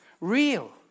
real